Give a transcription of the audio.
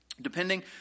depending